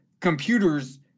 computers